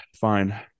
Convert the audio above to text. fine